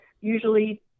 usually